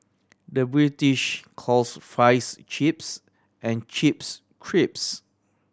the British calls fries chips and chips crisps